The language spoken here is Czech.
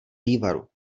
vývaru